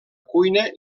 cuina